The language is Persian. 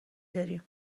داریم